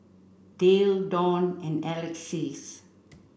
Dale Don and Alexys